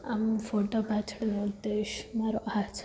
આમ ફોટો પાછળ ઉદ્દેશ મારો આ છે